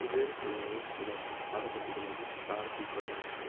Uber खोल्नुहोस् र बाह्र बजेको लागि कार बुक गर्नुहोस्